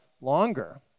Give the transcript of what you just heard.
longer